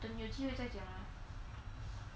等有机会再讲 lor